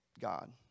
God